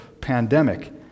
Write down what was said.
pandemic